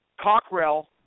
Cockrell